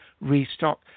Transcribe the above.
restock